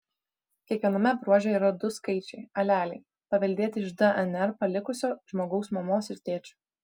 kiekviename bruože yra du skaičiai aleliai paveldėti iš dnr palikusio žmogaus mamos ir tėčio